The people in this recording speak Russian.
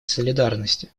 солидарности